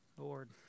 Lord